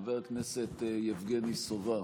חבר הכנסת יבגני סובה,